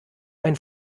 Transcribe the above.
einen